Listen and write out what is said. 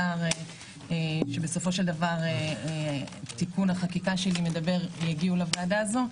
השר שבסופו של דבר תיקון החקיקה שלי מדבר יגיעו לוועדה הזו,